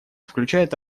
включают